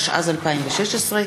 התשע"ז 2016,